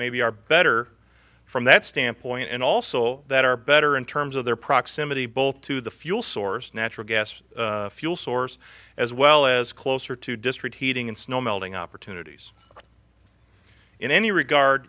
maybe are better from that standpoint and also that are better in terms of their proximity both to the fuel source natural gas fuel source as well as closer to district heating and snow melting opportunities in any regard